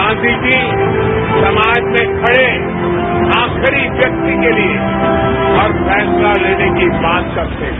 गांधी जी समाज में खड़े आखिरी व्यक्ति के लिए हक पर फैसला लेने की बात करते हैं